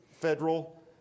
federal